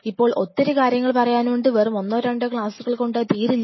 അപ്പോൾ ഒത്തിരി കാര്യങ്ങൾ ഉണ്ട് വെറും ഒന്നോ രണ്ടോ ക്ലാസുകൾ കൊണ്ടത് തീരില്ല